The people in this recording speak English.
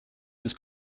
his